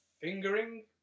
fingering